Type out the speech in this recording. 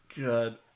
God